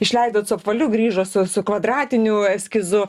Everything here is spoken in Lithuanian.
išleidot su apvaliu grįžo su kvadratiniu eskizu